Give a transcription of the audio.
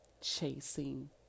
chasing